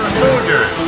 soldiers